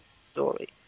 story